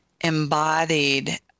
embodied